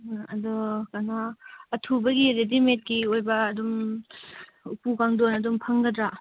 ꯑꯗꯨ ꯀꯩꯅꯣ ꯑꯊꯨꯕꯒꯤ ꯔꯦꯗꯤꯃꯦꯗꯀꯤ ꯑꯣꯏꯕ ꯑꯗꯨꯝ ꯎꯄꯨ ꯀꯥꯡꯗꯣꯟ ꯑꯗꯨꯝ ꯐꯪꯒꯗ꯭ꯔꯥ